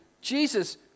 Jesus